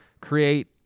create